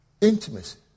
Intimacy